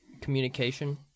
communication